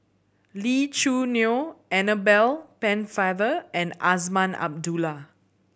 Lee Choo Neo Annabel Pennefather and Azman Abdullah